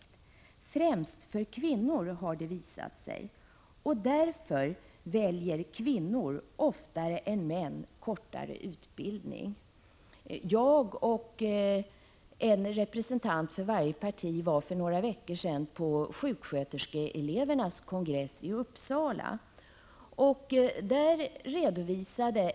Detta gäller främst för kvinnorna, har det visat sig. Därför väljer kvinnor oftare än män kortare utbildning. För några veckor sedan besökte jag tillsammans med representanter för de övriga partierna sjuksköterskeelevernas kongress i Uppsala.